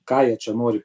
ką jie čia nori